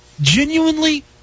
Genuinely